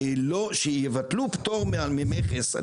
הוא שיבטלו פטור ממכס,